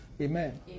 Amen